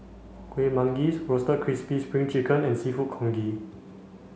Kuih Manggis roasted crispy spring chicken and seafood congee